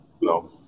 No